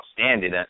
outstanding